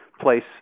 place